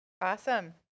Awesome